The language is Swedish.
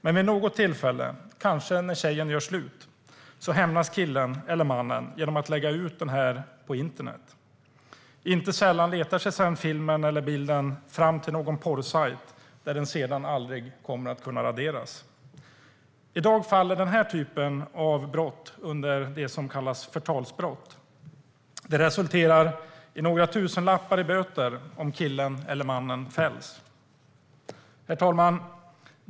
Men vid något tillfälle, kanske när tjejen gör slut, hämnas killen eller mannen genom att lägga ut den på internet. Inte sällan letar sig sedan filmen eller bilden fram till någon porrsajt, där den sedan aldrig kommer att kunna raderas. I dag faller den här typen av brott under det som kallas förtalsbrott. Det resulterar i några tusenlappar i böter om killen eller mannen fälls. Herr talman!